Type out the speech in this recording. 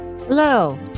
hello